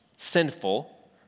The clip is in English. Sinful